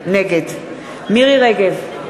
נגד מירי רגב,